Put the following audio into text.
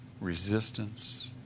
resistance